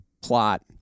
plot